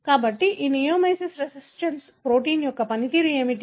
కాబట్టి ఈ neomycin resistance protein యొక్క పనితీరు ఏమిటి